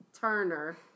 Turner